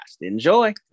Enjoy